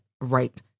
right